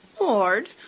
Lord